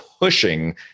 pushing